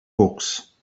books